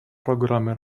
программы